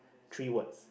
three words